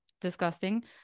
disgusting